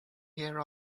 hear